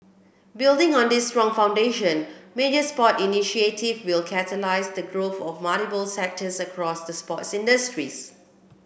building on this strong foundation major sport initiative will catalyse the growth of multiple sectors across the sports industry